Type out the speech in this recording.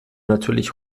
natürlich